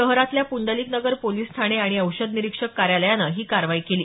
शहरातल्या पुंडलिक नगर पोलिस ठाणे आणि औषध निरीक्षक कार्यालयानं ही कारवाई केली